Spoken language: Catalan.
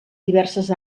diverses